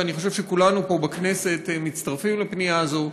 ואני חושב שכולם פה בכנסת מצטרפים לפנייה הזו,